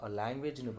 language